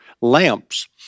lamps